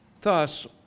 thus